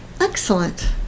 Excellent